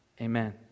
amen